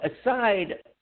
aside